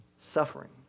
suffering